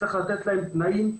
צריך לתת להם תנאים.